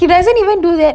he doesn't even do that